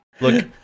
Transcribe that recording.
Look